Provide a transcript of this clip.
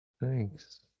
thanks